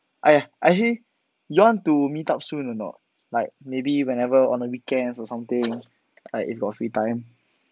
eh actually you want to meet up soon or not like maybe whenever weekend or something like you got free time